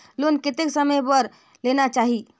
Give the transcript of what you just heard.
Loan कतेक समय बर लेना चाही?